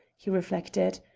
he reflected.